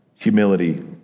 humility